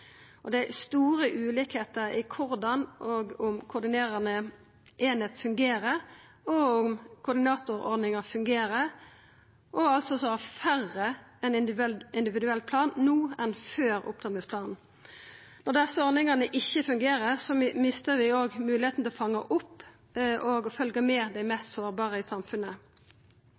opptrappingsplanen. Det er store ulikskapar når det gjeld korleis koordinerande einingar fungerer, og om koordinatorordninga fungerer, og det er altså færre som har ein individuell plan no enn før opptrappingsplanen. Når desse ordningane ikkje fungerer, mistar vi òg moglegheita til å fanga opp og følgja med dei mest sårbare i samfunnet.